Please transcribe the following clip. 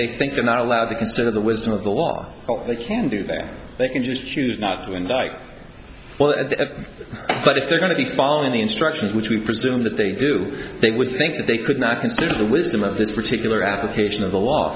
they think they're not allowed to consider the wisdom of the law they can do that they can just choose not going like but if they're going to be following the instructions which we presume that they do they would think that they could not consider the wisdom of this particular application of the law